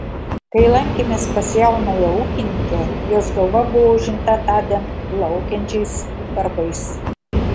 kai lankėmės pas jaunąją ūkininkę jos galva buvo užimta tądien laukiančiais darbais